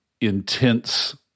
intense